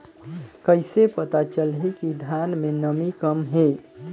कइसे पता चलही कि धान मे नमी कम हे?